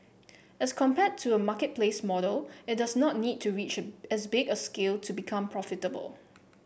as compared to a marketplace model it does not need to reach as big a scale to become profitable